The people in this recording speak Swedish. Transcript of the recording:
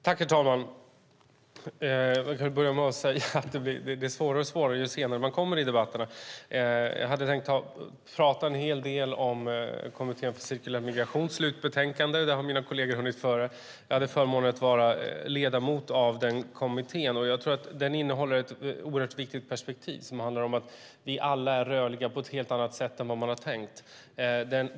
Herr talman! Det blir svårare och svårare ju senare man kommer in i debatterna. Jag hade tänkt prata en hel del om Kommittén för cirkulär migration och utvecklings slutbetänkande, men mina kolleger har hunnit före med det. Jag hade förmånen att vara ledamot av den kommittén, och jag tror att den innehåller ett oerhört viktigt perspektiv som handlar om att vi alla är rörliga på ett helt annat sätt än man tidigare tänkt.